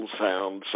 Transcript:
sound